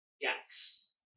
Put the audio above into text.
Yes